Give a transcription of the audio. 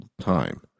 time